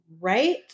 right